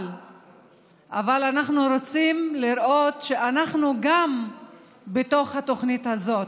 אבל אנחנו רוצים לראות שגם אנחנו בתוך התוכנית הזאת.